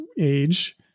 age